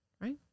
right